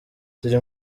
ziri